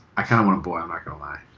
i kinda want a boy, i'm not gonna lie.